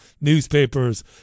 Newspapers